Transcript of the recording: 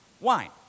Wine